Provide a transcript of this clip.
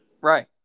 Right